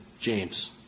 James